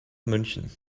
münchen